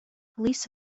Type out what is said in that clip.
police